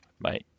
Bye